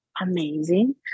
amazing